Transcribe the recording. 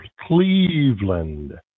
Cleveland